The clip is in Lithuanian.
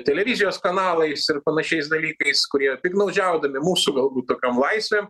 televizijos kanalais ir panašiais dalykais kurie piktnaudžiaudami mūsų galbūt tokiom laisvėm